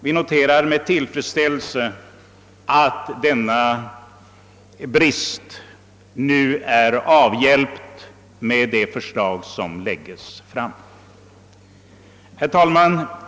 Vi noterar med tillfredsställelse att bristen på denna punkt blir avhjälpt med det förslag som nu lägges fram. Herr talman!